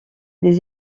des